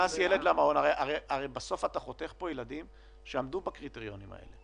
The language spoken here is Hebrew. הרי בסוף אתה חותך פה ילדים שעמדו בקריטריונים.